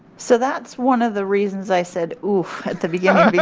so that's one of the reasons i said oof at the beginning.